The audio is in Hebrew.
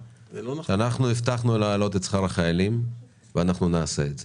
שאנחנו הבטחנו להעלות את שכר החיילים ואנחנו נעשה את זה.